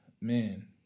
man